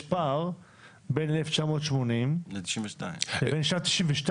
יש פער בין 1980 לבין שנת 1992,